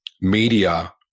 media